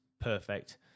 Perfect